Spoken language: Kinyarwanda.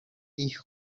dion